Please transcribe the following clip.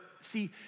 see